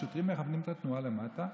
שוטרים מכוונים את התנועה למטה,